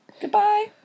Goodbye